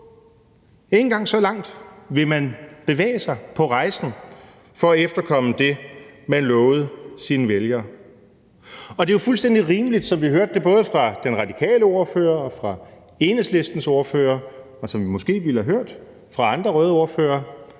engang så langt vil man bevæge sig på rejsen for at efterkomme det, man lovede sine vælgere. Det er jo fuldstændig rimeligt, som vi hørte det både fra den radikale ordfører og fra Enhedslistens ordfører, og som vi måske ville have hørt det fra andre røde ordførere,